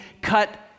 cut